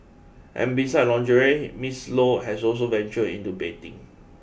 and besides lingerie Miss Low has also ventured into bedding